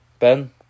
Ben